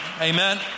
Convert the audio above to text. Amen